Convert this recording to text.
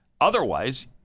Otherwise